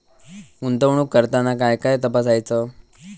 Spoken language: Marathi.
गुंतवणूक करताना काय काय तपासायच?